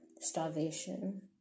starvation